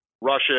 Russia